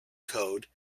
code